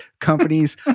companies